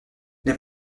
les